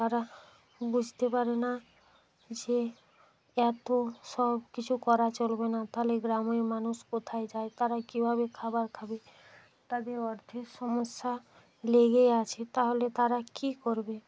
তারা বুঝতে পারে না যে এতো সব কিছু করা চলবে না তাহলে গ্রামের মানুষ কোথায় যায় তারা কীভাবে খাবার খাবে তাদের অর্থের সমস্যা লেগেই আছে তাহলে তারা কী করবে